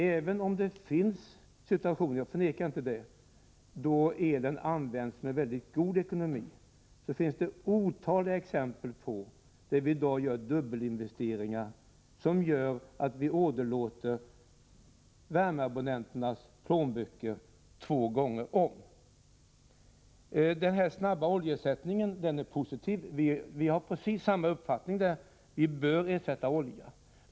Även om elen i vissa situationer — jag förnekar inte att så kan vara fallet — används väldigt ekonomiskt, finns det i dag otaliga exempel på dubbelinvesteringar som gör att vi åderlåter värmeabonnenternas plån böcker två gånger om. Den snabba övergången från olja är positiv. Vi har precis samma uppfattning på den punkten. Vi bör alltså ersätta oljan.